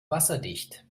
wasserdicht